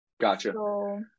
Gotcha